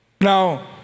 Now